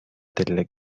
delle